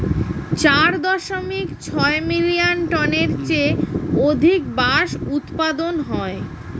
চার দশমিক ছয় মিলিয়ন টনের চেয়ে অধিক বাঁশ উৎপাদন হয়